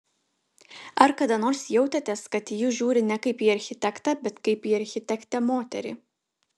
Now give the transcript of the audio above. ar kada nors jautėtės kad į jūs žiūri ne kaip į architektą bet kaip į architektę moterį